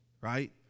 right